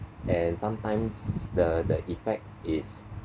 and sometimes the the effect is